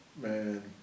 man